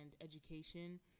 education